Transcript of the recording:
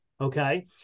Okay